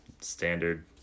Standard